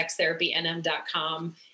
sextherapynm.com